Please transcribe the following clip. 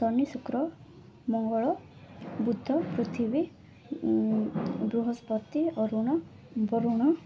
ଶନି ଶୁକ୍ର ମଙ୍ଗଳ ବୁଧ ପୃଥିବୀ ବୃହସ୍ପତି ଅରୁଣ ବରୁଣ